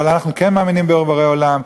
אבל אנחנו כן מאמינים בבורא עולם,